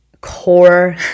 core